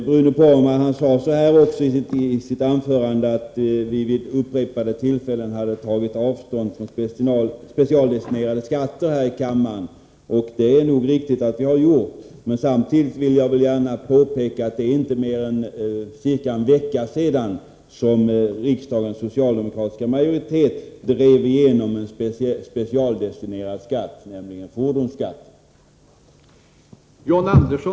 Bruno Poromaa sade i sitt anförande att vi här i kammaren vid upprepade tillfällen tagit avstånd från specialdestinerade skatter, och det är nog riktigt. Samtidigt vill jag dock framhålla att det inte är mer än ca en vecka sedan riksdagens socialdemokratiska majoritet drev igenom ett förslag om en specialdestinerad skatt, nämligen fordonsskatten.